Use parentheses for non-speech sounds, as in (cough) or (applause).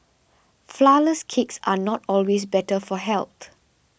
Flourless Cakes are not always better for (unintelligible)